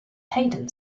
hayden